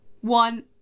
one